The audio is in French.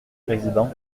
président